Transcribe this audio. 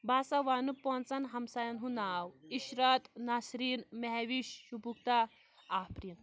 بَہ ہسا وَنہٕ پانٛژَن ہمسایَن ہُنٛد ناو عشرت نَسریٖن محوِش شُگُفتہ آفریٖن